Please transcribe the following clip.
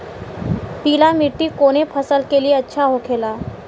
पीला मिट्टी कोने फसल के लिए अच्छा होखे ला?